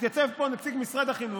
התייצב פה נציג משרד החינוך,